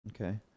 Okay